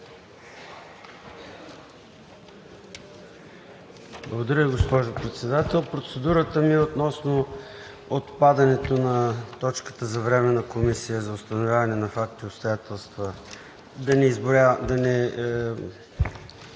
Благодаря Ви, госпожо Председател. Процедурата ми е относно отпадането на точката за Временна комисия за установяване на факти и обстоятелства – да не чета